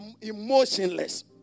emotionless